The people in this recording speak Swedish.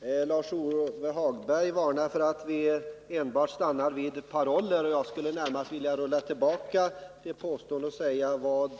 Herr talman! Lars-Ove Hagberg varnar för att enbart stanna vid paroller. Jag skulle vilja rulla tillbaka det påståendet och fråga: Vad